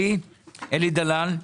אלי דלל.